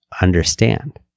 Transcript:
understand